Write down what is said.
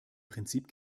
prinzip